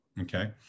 Okay